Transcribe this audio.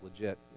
legit